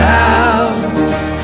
house